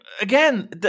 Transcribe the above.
again